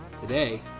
today